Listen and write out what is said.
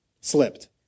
slipped